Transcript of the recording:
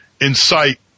incite